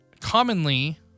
commonly